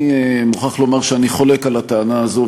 אני מוכרח לומר שאני חולק על הטענה הזאת,